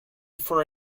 for